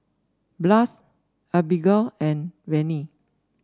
Blas Abigail and Venie